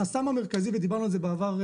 החסם המרכזי ודיברנו על זה בעבר,